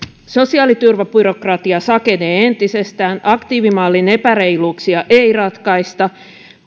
sosiaaliturvabyrokratia sakenee entisestään aktiivimallin epäreiluuksia ei ratkaista